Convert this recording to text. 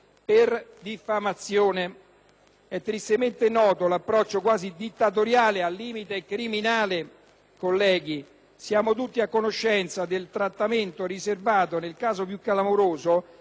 di diffamazione. È tristemente noto l'approccio quasi dittatoriale, al limite del criminale, colleghi. Siamo tutti a conoscenza del trattamento riservato, nel caso più clamoroso,